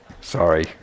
sorry